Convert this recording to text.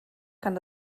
kann